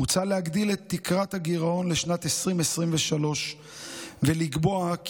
מוצע להגדיל את תקרת הגירעון לשנת 2023 ולקבוע כי